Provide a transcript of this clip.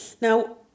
Now